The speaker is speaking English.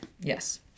Yes